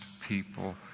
people